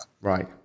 right